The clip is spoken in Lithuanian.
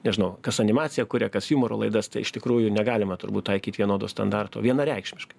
nežinau kas animaciją kuria kas jumoro laidas tai iš tikrųjų negalima turbūt taikyt vienodo standarto vienareikšmiškai